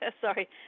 Sorry